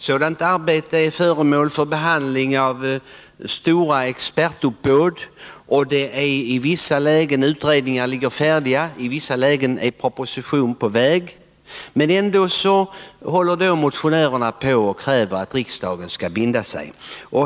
Sådant arbete är föremål för behandling av stora expertuppbåd, och i vissa lägen ligger utredningar färdiga, i vissa lägen är propositioner på väg. Men ändå kräver motionärerna att riksdagen skall binda sig.